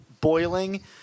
boiling